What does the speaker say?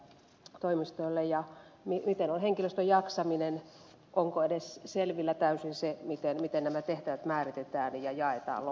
miten on henkilöstön jaksaminen onko edes selvillä täysin se miten nämä tehtävät määritetään ja jaetaan loppujen lopuksi